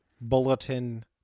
bulletin